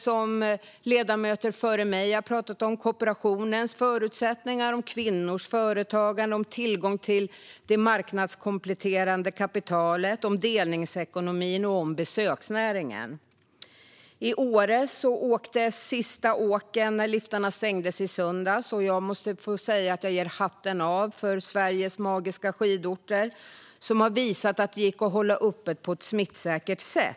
Som ledamöter före mig har pratat om handlar det även om kooperationens förutsättningar, om kvinnors företagande och om tillgång till det marknadskompletterande kapitalet. Det handlar om delningsekonomin - och om besöksnäringen. I Åre åktes de sista åken i söndags, när liftarna stängdes. Jag måste säga att jag lyfter på hatten åt Sveriges magiska skidorter, som har visat att det gick att hålla öppet på ett smittsäkert sätt.